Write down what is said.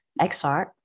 XR